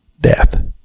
death